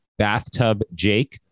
bathtubjake